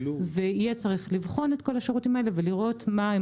ויהיה צריך לבחון את כל השירותים האלה ולראות מה הם